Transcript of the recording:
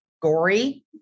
gory